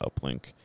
uplink